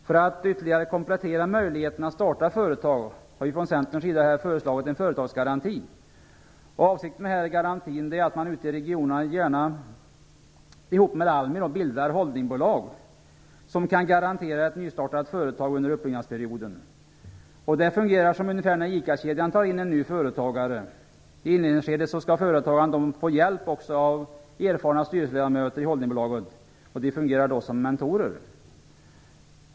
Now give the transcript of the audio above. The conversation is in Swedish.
För att ytterligare komplettera möjligheterna att starta företag har vi i Centern föreslagit en företagsgaranti. Avsikten med den garantin är att man ute i regionerna, gärna ihop med ALMI, bildar holdingbolag som kan garantera ett nystartat företag under uppbyggnadsperioden. Det fungerar ungefär som när ICA-kedjan tar in en ny företagare. I inledningsskedet skall företagaren få hjälp av erfarna styrelseledamöter i holdingbolaget. De fungerar då som mentorer.